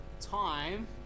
time